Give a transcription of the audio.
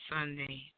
Sunday